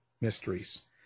Mysteries